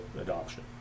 adoption